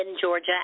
georgia